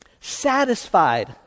Satisfied